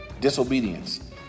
disobedience